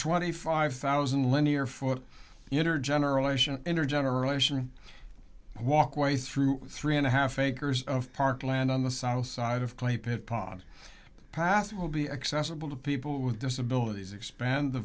twenty five thousand linear foot intergenerational intergenerational walkway through three and a half acres of parkland on the south side of clay pit pond past will be accessible to people with disabilities expand the